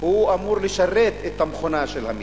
אמור לשרת את המכונה של המדינה,